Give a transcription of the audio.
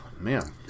Man